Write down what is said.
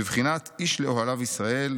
בבחינת איש לאוהליו ישראל,